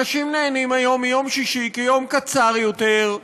אנשים נהנים היום מיום שישי קצר יותר,